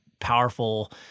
powerful